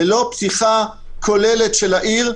ללא פתיחה כוללת של העיר,